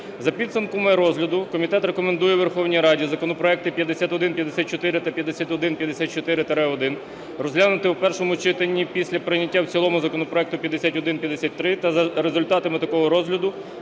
За підсумками розгляду комітет рекомендує Верховній Раді законопроекти 5154 та 5154-1 розглянути у першому читанні після прийняття в цілому законопроекту 5153 та за результатами такого розгляду